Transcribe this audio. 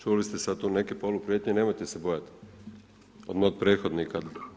Čuli ste sada tu neke poluprijetnje, nemojte se bojati, od mog prethodnika.